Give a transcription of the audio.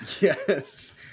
Yes